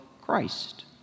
Christ